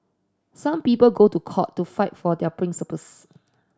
some people go to court to fight for their principles